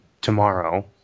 tomorrow